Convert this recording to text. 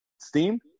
Steam